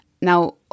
Now